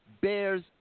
bears